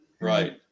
Right